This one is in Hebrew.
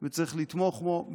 וצריך לתמוך בו,